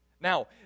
Now